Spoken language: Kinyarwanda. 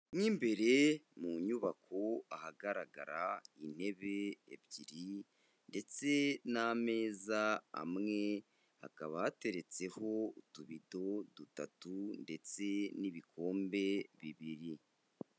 Mo imbere mu nyubako ahagaragara intebe ebyiri ndetse n'ameza amwe, hakaba hateretseho utubito dutatu ndetse n'ibikombe bibiri.